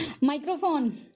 microphone